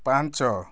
ପାଞ୍ଚ